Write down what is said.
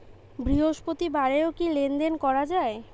বৃহস্পতিবারেও কি লেনদেন করা যায়?